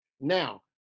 now